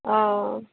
অঁ